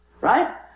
right